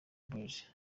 boys